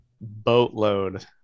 boatload